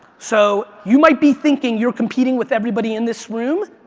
so you might be thinking you're competing with everybody in this room,